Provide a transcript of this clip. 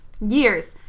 years